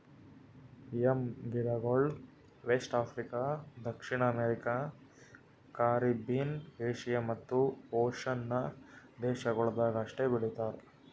M ಗಿಡಗೊಳ್ West Africa, ದಕ್ಷಿಣ America, Caribbean, Asia ಮತ್ತ್ ಓಷನ್ನ ದೇಶಗೊಳ್ದಾಗ್ ಅಷ್ಟೆ ಬೆಳಿತಾರ್